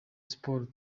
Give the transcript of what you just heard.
sports